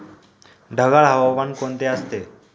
ढगाळ हवामान कोणते असते?